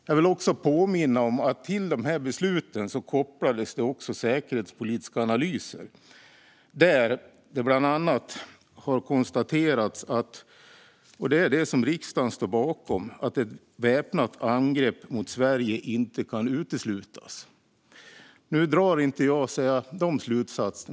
Jag vill påminna om att det till de besluten också kopplades säkerhetspolitiska analyser där det bland annat har konstaterats - och det är det som riksdagen står bakom - att ett väpnat angrepp mot Sverige inte kan uteslutas. Nu drar inte jag de slutsatserna.